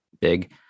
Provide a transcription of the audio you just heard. big